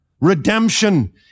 redemption